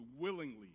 willingly